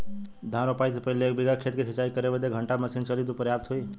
धान रोपाई से पहिले एक बिघा खेत के सिंचाई करे बदे क घंटा मशीन चली तू पर्याप्त होई?